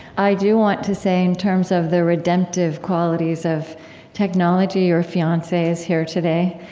i do want to say, in terms of the redemptive qualities of technology, your fiance is here today.